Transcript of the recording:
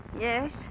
Yes